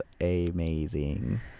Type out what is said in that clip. amazing